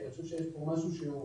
כי, אני חושב שיש פה משהו שהוא,